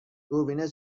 دوربین